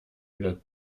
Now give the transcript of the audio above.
wieder